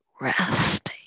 Rest